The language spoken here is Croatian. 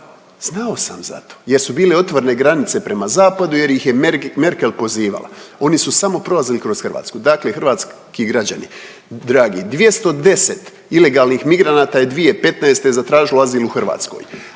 Znao sam za to jer su bile otvorene granice prema zapadu jer ih je Merkel pozivala. Oni su samo prolazili kroz Hrvatsku. Dakle, hrvatski građani dragi 210 ilegalnih migranata je 2015. zatražilo azil u Hrvatskoj,